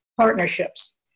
partnerships